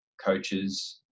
coaches